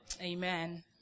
Amen